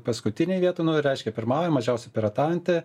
paskutinėj vietoj nu reiškia pirmauja mažiausiai pirataujanti